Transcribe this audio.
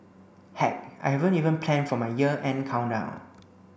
heck I haven't even plan for my year end countdown